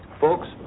Folks